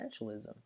essentialism